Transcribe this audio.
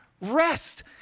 rest